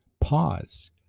pause